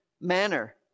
manner